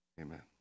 amen